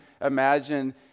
imagine